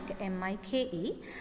M-I-K-E